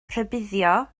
rhybuddio